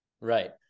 right